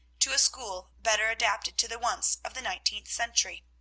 to a school better adapted to the wants of the nineteenth century.